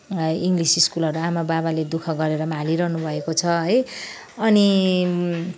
English स्कुलहरू आमा बाबाले दुख गरेर पनि हालिरहनुभएको छ है अनि